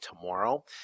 tomorrow